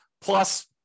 plus